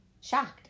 shocked